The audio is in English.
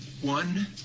one